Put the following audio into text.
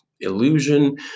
illusion